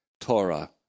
Torah